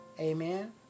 Amen